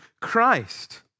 Christ